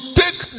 take